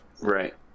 right